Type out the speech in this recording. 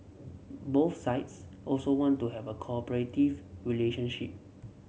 both sides also want to have a cooperative relationship